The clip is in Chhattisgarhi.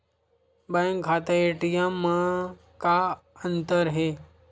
बैंक खाता ए.टी.एम मा का अंतर हे?